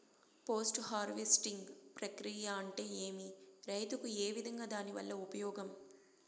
Post harvesting ప్రక్రియ అంటే ఏమి? రైతుకు ఏ విధంగా దాని వల్ల ఉపయోగం?